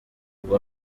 ubwo